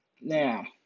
Now